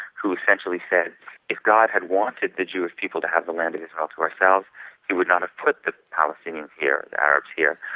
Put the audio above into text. who essentially said if god had wanted the jewish people to have the land of israel to ourselves he would not have put the palestinians here, the arabs here.